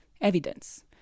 Evidence